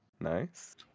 Nice